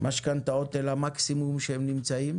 משכנתאות אל המקסימום שהם נמצאים,